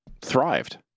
thrived